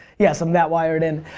yes i'm that wired in.